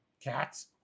cats